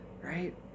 right